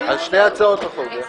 על שתי הצעות החוק.